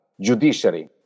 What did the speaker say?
judiciary